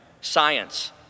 science